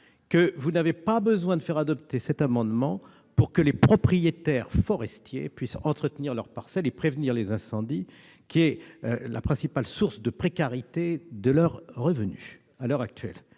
vous n'avez pas besoin de faire adopter cet amendement pour que les propriétaires forestiers puissent entretenir leurs parcelles et prévenir les incendies, qui sont à l'heure actuelle la principale cause de la précarité de leurs revenus. Vous avez